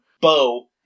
Bo